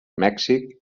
mèxic